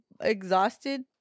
exhausted